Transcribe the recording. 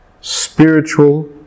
Spiritual